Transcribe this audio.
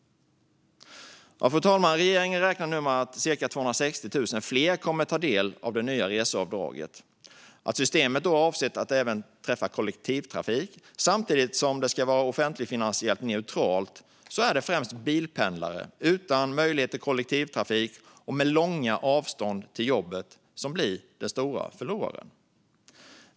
Fru talman! Regeringen räknar nu med att cirka 260 000 fler kommer att kunna ta del av det nya reseavdraget. Eftersom systemet är avsett att även omfatta resor med kollektivtrafik, samtidigt som det ska vara offentligfinansiellt neutralt, är det främst bilpendlare utan möjlighet att åka med kollektivtrafik och med långa avstånd till jobbet som blir de stora förlorarna.